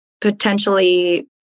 potentially